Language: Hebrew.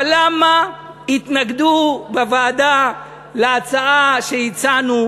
אבל למה התנגדו בוועדה להצעה שהצענו,